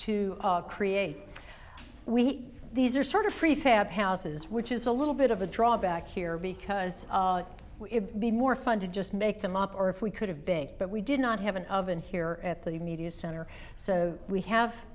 to create we these are sort of prefab houses which is a little bit of a drawback here because it would be more fun to just make them up or if we could have big but we did not have an oven here at the media center so we have